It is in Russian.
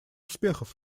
успехов